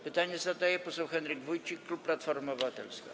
Pytanie zadaje poseł Marek Wójcik, klub Platforma Obywatelska.